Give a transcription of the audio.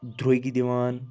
دٛروٚگۍ دِوان